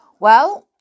Well